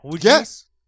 Yes